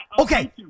Okay